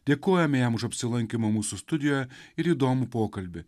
dėkojame jam už apsilankymą mūsų studijoje ir įdomų pokalbį